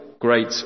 great